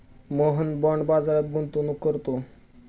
Mohan bond बाजारात गुंतवणूक करतो